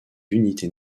d’unité